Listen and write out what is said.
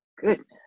goodness